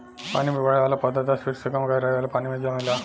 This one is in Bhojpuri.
पानी में बढ़े वाला पौधा दस फिट से कम गहराई वाला पानी मे जामेला